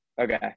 Okay